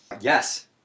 Yes